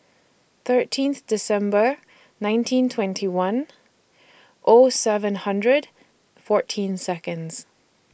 thirteenth December nineteen twenty one O seven hundred fourteen Seconds